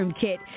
Kit